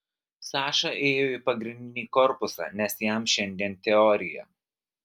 saša ėjo į pagrindinį korpusą nes jam šiandien teorija